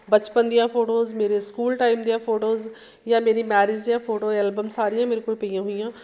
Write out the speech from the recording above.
ਬਚਪਨ ਦੀਆਂ ਫੋਟੋਜ਼ ਮੇਰੇ ਸਕੂਲ ਟਾਈਮ ਦੀਆਂ ਫੋਟੋਜ਼ ਜਾਂ ਮੇਰੀ ਮੈਰਿਜ਼ ਦੀਆਂ ਫੋਟੋ ਐਲਬਮ ਸਾਰੀਆਂ ਮੇਰੇ ਕੋਲ ਪਈਆਂ ਹੋਈਆਂ